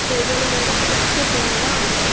table वग़ैरह सब अच्छे से है ना